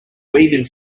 weaving